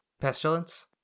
Pestilence